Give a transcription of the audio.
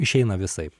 išeina visaip